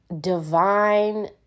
divine